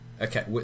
Okay